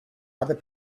other